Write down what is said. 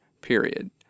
period